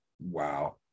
wow